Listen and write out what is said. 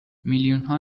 میلیونها